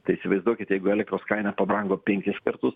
tai įsivaizduokite jeigu elektros kaina pabrango penkis kartus